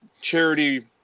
charity